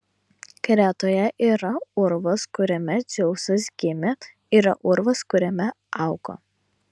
kretoje yra urvas kuriame dzeusas gimė yra urvas kuriame augo